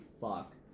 fuck